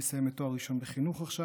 ומסיימת תואר ראשון בחינוך עכשיו,